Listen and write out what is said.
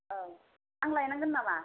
औ आं लायनांगोन नामा